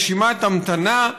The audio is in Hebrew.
רשימת המתנה.